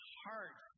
heart